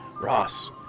Ross